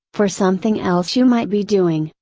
for something else you might be doing,